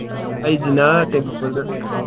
ꯑꯩꯁꯤꯅ ꯇꯦꯡꯅꯧꯄꯜꯗ